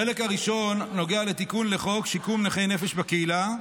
החלק הראשון נוגע לתיקון לחוק שיקום נכי נפש בקהילה,